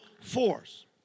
force